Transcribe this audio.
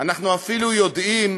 אפילו יודעים